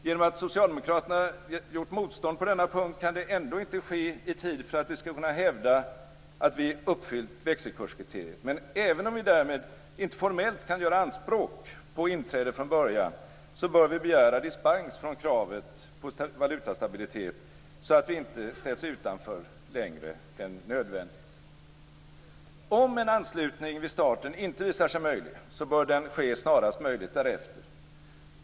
Genom att Socialdemokraterna gjort motstånd på denna punkt kan det ändå inte ske i tid för att vi skall kunna hävda att vi uppfyllt växelkurskriteriet. Men även om vi därmed inte formellt kan göra anspråk på inträde från början, bör vi begära dispens från kravet på valutastabilitet, så att vi inte ställs utanför längre än nödvändigt. Om en anslutning vid starten inte visar sig möjligt, bör den ske snarast möjligt därefter.